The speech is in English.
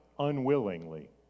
Unwillingly